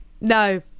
No